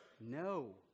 No